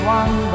one